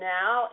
now